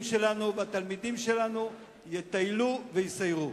שלנו והתלמידים שלנו יטיילו ויסיירו.